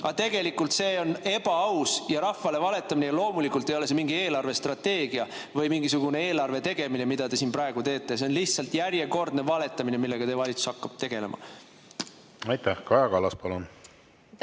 aga tegelikult on see ebaaus ja rahvale valetamine. Ja loomulikult ei ole see mingi eelarvestrateegia või mingisugune eelarve tegemine, mida te siin praegu teete. See on lihtsalt järjekordne valetamine, millega te valitsus hakkab tegelema. Aitäh! Jätkame sealtsamast